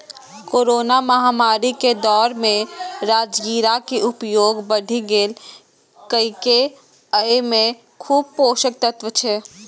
corona महामारी के दौर मे राजगिरा के उपयोग बढ़ि गैले, कियैकि अय मे खूब पोषक तत्व छै